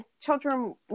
children